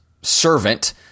servant